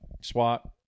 SWAT